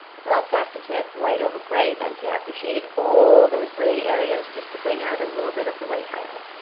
it's a lot faster to add white over grey than to have to shade all those grey areas just to bring out a little bit of the white highlight.